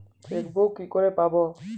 Chequebook কি করে পাবো?